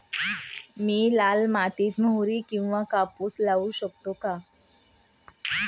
मी लाल मातीत मोहरी किंवा कापूस लावू शकतो का?